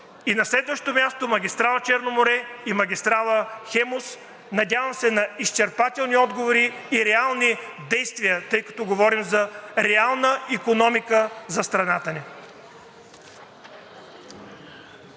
…и на следващо място, магистрала „Черно море“ и магистрала „Хемус“? Надявам се на изчерпателни отговори и реални действия, тъй като говорим за реална икономика за страната ни.